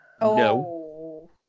No